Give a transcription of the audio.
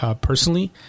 personally